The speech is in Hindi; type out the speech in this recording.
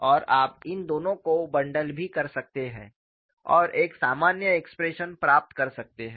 और आप इन दोनों को बंडल भी कर सकते हैं और एक सामान्य एक्सप्रेशन प्राप्त कर सकते हैं